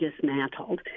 dismantled